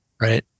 Right